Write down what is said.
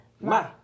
ma